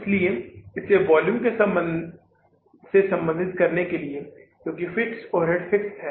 इसलिए इसे वॉल्यूम से संबंधित करने के लिए क्योंकि फिक्स्ड ओवरहेड फिक्स्ड हैं